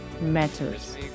matters